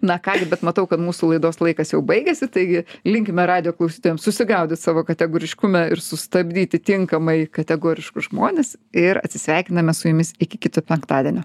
na ką gi ir bet matau kad mūsų laidos laikas jau baigėsi taigi linkime radijo klausytojams susigaudyt savo kategoriškume ir sustabdyti tinkamai kategoriškus žmones ir atsisveikiname su jumis iki kito penktadienio